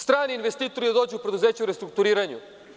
Strani investitori da dođu u preduzeće u restrukturiranju.